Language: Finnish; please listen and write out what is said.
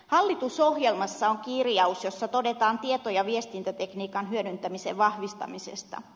hallitusohjelmassa on kirjaus jossa todetaan tieto ja viestintätekniikan hyödyntämisen vahvistamisesta